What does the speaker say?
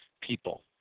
people